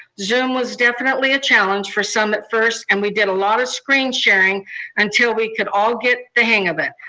zoom was definitely a challenge for some at first, and we did a lot of screen sharing until we could all get the hang of it.